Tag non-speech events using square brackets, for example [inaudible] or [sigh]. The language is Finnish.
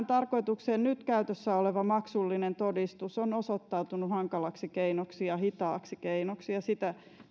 [unintelligible] tarkoitukseen nyt käytössä oleva maksullinen todistus on osoittautunut hankalaksi ja hitaaksi keinoksi ja sitä